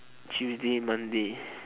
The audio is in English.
tuesday monday